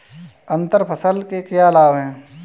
अंतर फसल के क्या लाभ हैं?